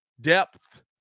depth